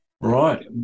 right